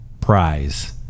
prize